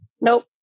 nope